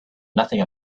nothing